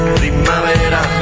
primavera